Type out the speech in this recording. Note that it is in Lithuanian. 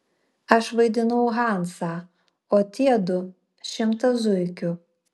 aš vaidinau hansą o tie du šimtą zuikių